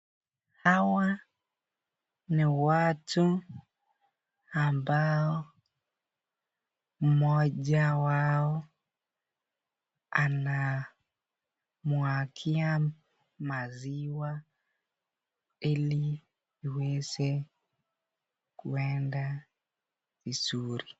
Hawa ni watu ambao mmoja wao anamwagia maziwa ili iweze kuenda vizuri.